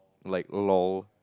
like lol